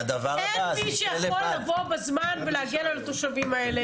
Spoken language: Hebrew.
אין מי שיכול לבוא בזמן ולהגן על התושבים האלה,